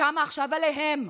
שקמה עכשיו עליהם.